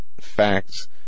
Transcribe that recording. facts